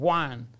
one